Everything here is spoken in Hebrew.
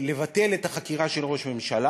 לבטל את החקירה של ראש ממשלה